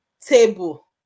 table